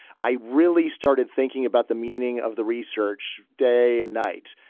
i really started thinking about the meaning of the research. day and night.